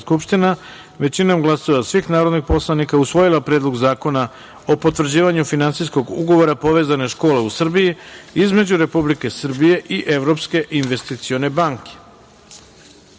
većinom glasova svih narodnih poslanika, usvojila Predlog zakona o potvrđivanju Finansijskog ugovora „Povezane škole u Srbiji“ između Republike Srbije i Evropske investicione banke. Pošto